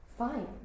Fine